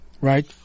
right